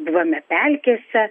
buvome pelkėse